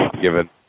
given